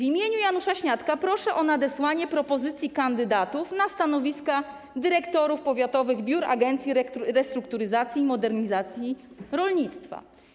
W imieniu Janusza Śniadka proszę o nadesłanie propozycji kandydatów na stanowiska dyrektorów powiatowych biur Agencji Restrukturyzacji i Modernizacji Rolnictwa.